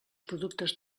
productes